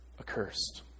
accursed